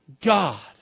God